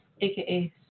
aka